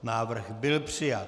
Návrh byl přijat.